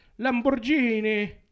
Lamborghini